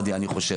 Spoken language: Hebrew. אני חושב.